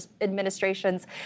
administration's